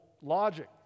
logic